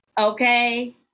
okay